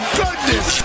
goodness